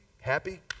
happy